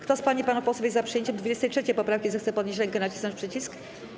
Kto z pań i panów posłów jest za przyjęciem 23. poprawki, zechce podnieść rękę i nacisnąć przycisk.